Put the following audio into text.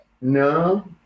No